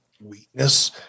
weakness